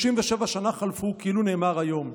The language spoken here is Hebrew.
37 שנה חלפו, כאילו נאמר היום.